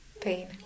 pain